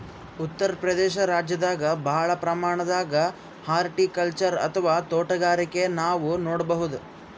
ಉತ್ತರ್ ಪ್ರದೇಶ ರಾಜ್ಯದಾಗ್ ಭಾಳ್ ಪ್ರಮಾಣದಾಗ್ ಹಾರ್ಟಿಕಲ್ಚರ್ ಅಥವಾ ತೋಟಗಾರಿಕೆ ನಾವ್ ನೋಡ್ಬಹುದ್